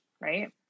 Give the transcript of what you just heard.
Right